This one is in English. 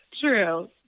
true